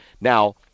Now